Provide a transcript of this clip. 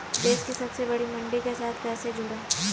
देश की सबसे बड़ी मंडी के साथ कैसे जुड़ें?